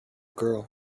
girl